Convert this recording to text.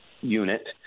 unit